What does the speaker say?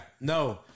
No